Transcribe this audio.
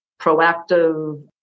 proactive